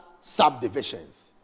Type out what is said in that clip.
subdivisions